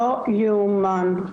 לא יאומן,